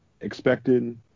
expected